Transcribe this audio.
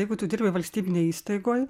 jeigu tu dirbi valstybinėj įstaigoj